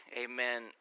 amen